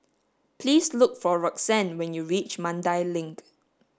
please look for Roxann when you reach Mandai Link